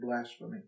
blasphemy